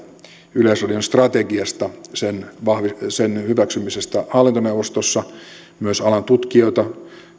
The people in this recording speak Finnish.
yleisradion strategiasta ja sen hyväksymisestä hallintoneuvostossa ja myös alan tutkijoita